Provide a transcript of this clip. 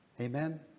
Amen